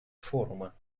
форума